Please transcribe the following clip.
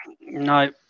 No